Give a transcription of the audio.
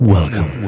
Welcome